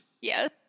yes